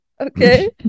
okay